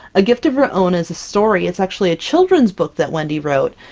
a gift of her own is a story, it's actually a children's book that wendy wrote,